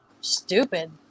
stupid